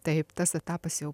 taip tas etapas jau